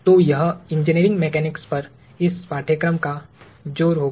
तो यह engineering mechanics पर इस पाठ्यक्रम का जोर होगा